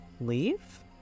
leave